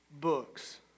books